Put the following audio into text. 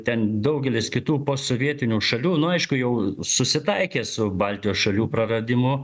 ten daugelis kitų posovietinių šalių nu aišku jau susitaikė su baltijos šalių praradimu